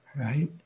right